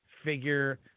figure